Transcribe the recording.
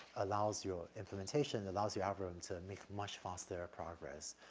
allows your implementation allows you algorithm to make much faster progress.